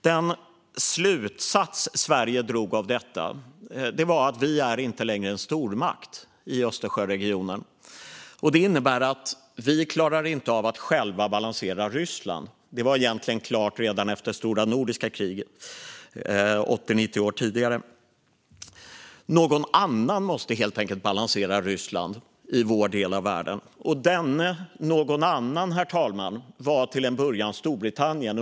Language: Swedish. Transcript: Den slutsats Sverige drog av detta var: Vi är inte längre en stormakt i Östersjöregionen, vilket innebär att vi inte klarar av att själva balansera Ryssland. Detta var egentligen klart redan efter det stora nordiska kriget 80-90 år tidigare. Någon annan måste helt enkelt balansera Ryssland i vår del av världen. Denne "någon annan", herr talman, var till en början Storbritannien.